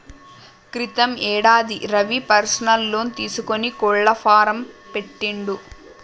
క్రితం యేడాది Ravi personal loan తీసుకొని కోళ్ల ఫాం పెట్టిండు